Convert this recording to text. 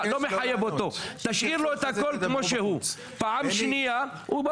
ולבוא לאזרח הקטן על שקית מסכנה שהם גונים אותה ב-2 אגורות,